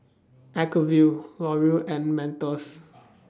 Acuvue L'Oreal and Mentos